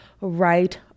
right